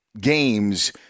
games